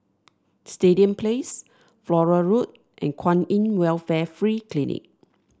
Stadium Place Flora Road and Kwan In Welfare Free Clinic